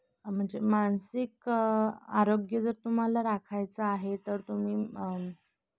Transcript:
म्हणजे मानसिक आरोग्य जर तुम्हाला राखायचं आहे तर तुम्ही